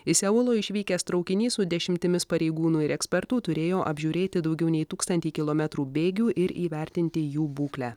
iš seulo išvykęs traukinys su dešimtimis pareigūnų ir ekspertų turėjo apžiūrėti daugiau nei tūkstantį kilometrų bėgių ir įvertinti jų būklę